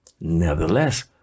Nevertheless